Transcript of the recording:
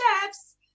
chefs